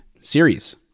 series